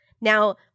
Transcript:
Now